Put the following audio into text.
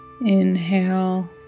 Inhale